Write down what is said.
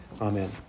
Amen